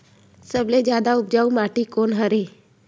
सबले जादा उपजाऊ माटी कोन हरे?